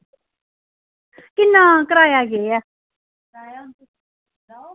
किन्ना किराया केह् ऐ